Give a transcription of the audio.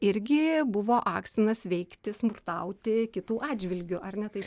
irgi buvo akstinas veikti smurtauti kitų atžvilgiu ar ne taip